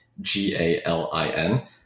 G-A-L-I-N